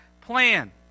plan